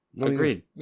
Agreed